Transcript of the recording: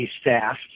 staff